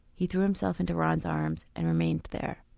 he threw himself into ron's arms and remained there,